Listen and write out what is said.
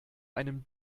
einem